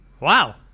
Wow